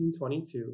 1922